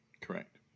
Correct